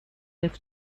leave